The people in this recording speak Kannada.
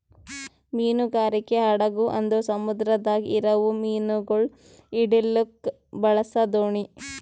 ಮೀನುಗಾರಿಕೆ ಹಡಗು ಅಂದುರ್ ಸಮುದ್ರದಾಗ್ ಇರವು ಮೀನುಗೊಳ್ ಹಿಡಿಲುಕ್ ಬಳಸ ದೋಣಿ